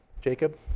Jacob